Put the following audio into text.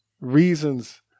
reasons